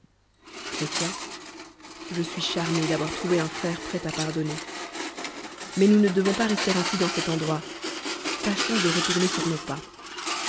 je suis charmé d'avoir trouvé un frèr prêt à pardonner mais nous ne devons pas rester ainsi dans cet endroit tachods de retour ner iv nos pas